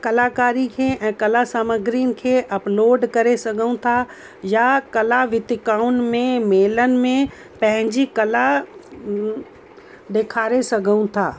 कलाकारी खे ऐं कला सामग्रियुनि खे अपलोड करे सघूं था या कला वितिकाउनि में मेलनि में पंहिंजी कला ॾेखारे सघूं था